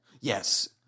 Yes